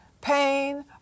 pain